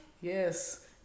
Yes